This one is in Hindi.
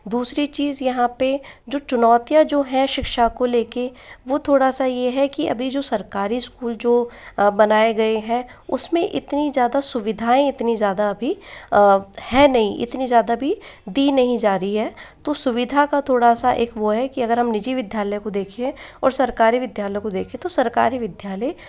दूसरी चीज़ यहाँ पर जो चुनौतियाँ जो हैं शिक्षा को लेकर वो थोड़ा सा यह है के अभी जो सरकारी स्कूल जो बनाये गए हैं उसमे उतनी ज़्यादा सुविधाएँ इतनी ज़्यादा अभी है नहीं उतनी ज़्यादा अभी दी नहीं जा रही है तो सुविधा का थोड़ा सा एक वो है के अगर हम निजी विद्यालयों को देखिये और सरकारी विद्यालय को देखें तो सरकारी विद्यालय